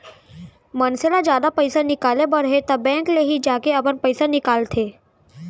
मनसे ल जादा पइसा निकाले बर हे त बेंक ले ही जाके अपन पइसा निकालंथे